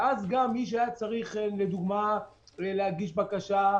ואז גם מי שהיה צריך להגיש בקשה,